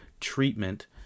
treatment